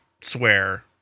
swear